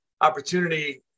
opportunity